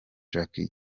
jackie